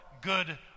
good